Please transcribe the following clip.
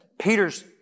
Peter's